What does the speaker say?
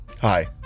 Hi